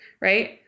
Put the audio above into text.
right